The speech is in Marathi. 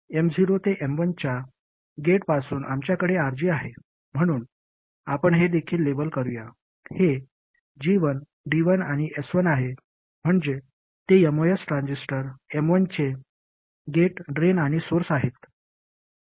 M0 ते M1 च्या गेटपासून आमच्याकडे RG आहे म्हणून आपन हे देखील लेबल करूया हे G1 D1 आणि S1 आहे म्हणजे ते एमओएस ट्रान्झिस्टर M1 चे गेट ड्रेन आणि सोर्स आहेत